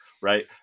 right